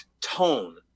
tone